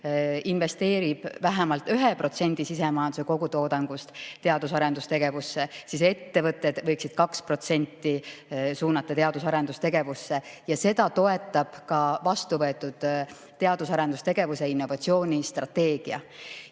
investeerib vähemalt 1% sisemajanduse kogutoodangust teadus- ja arendustegevusse, siis ettevõtted võiksid 2% suunata teadus- ja arendustegevusse. Ja seda toetab ka vastu võetud teadus- ja arendustegevuse ning innovatsiooni strateegia.